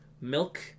Milk